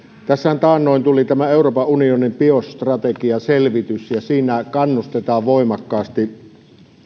tässähän taannoin tuli tämä euroopan unionin biostrategiaselvitys ja siinä kannustetaan voimakkaasti